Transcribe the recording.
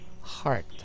heart